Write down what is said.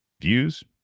views